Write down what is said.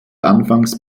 anfangs